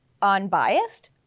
unbiased